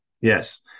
Yes